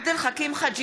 עבד אל חכים חאג'